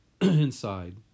inside